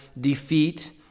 defeat